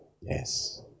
Yes